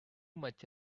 much